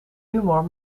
humor